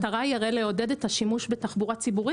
המטרה היא הרי לעודד את השימוש בתחבורה ציבורית